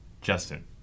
Justin